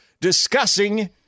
discussing